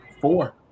four